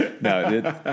No